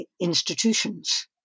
institutions